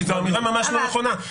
כי זו אמירה ממש לא נכונה.